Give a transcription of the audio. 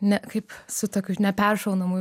ne kaip su tokiu neperšaunamu